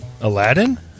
Aladdin